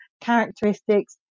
characteristics